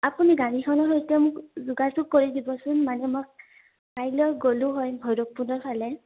আপুনি গাড়ীখনৰ সৈতে মোক যোগাযোগ কৰি দিবচোন মানে মই কাইলৈ গ'লোঁ হয় ভৈৰৱকুণ্ডৰ ফালে